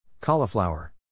Cauliflower